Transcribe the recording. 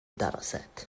dataset